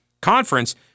conference